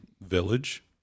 Village